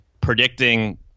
predicting